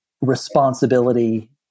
responsibility